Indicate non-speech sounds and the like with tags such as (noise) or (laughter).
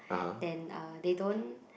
(noise) then uh they don't